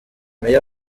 meya